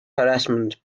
harassment